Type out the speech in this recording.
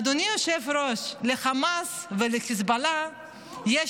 אדוני היושב-ראש, לחמאס ולחיזבאללה יש